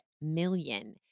million